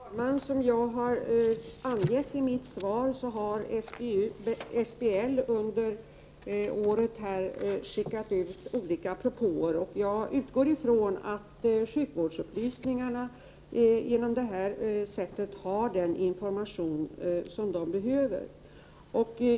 Herr talman! Som jag har angett i mitt svar har SBL under året skickat ut olika propåer. Jag utgår ifrån att sjukvårdsupplysningarna på det sättet har fått den information som de behöver.